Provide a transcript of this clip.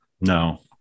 no